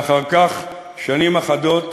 ואחר כך שנים אחדות